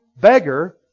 beggar